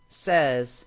says